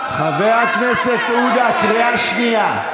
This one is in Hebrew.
חבר הכנסת עודה, קריאה שנייה.